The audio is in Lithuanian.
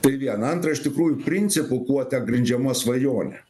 tai viena antra iš tikrųjų principų kuo ta grindžiama svajonė